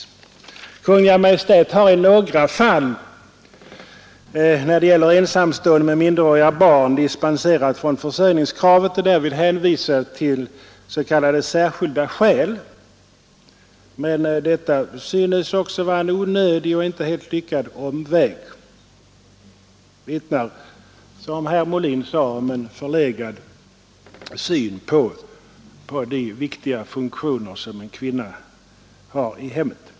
Kungl. Maj:t har i några fall, när det gäller ensamstående med minderåriga barn, dispenserat från försörjningskravet och därvid hänvisat till s.k. särskilda skäl. Men detta synes också vara en onödig och inte helt lyckad omväg. Det vittnar, som herr Molin sade, om en förlegad syn på de viktiga funktioner en kvinna har i hemmet.